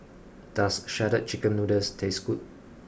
does shredded chicken noodles taste good